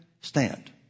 stand